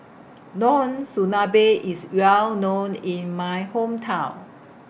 Monsunabe IS Well known in My Hometown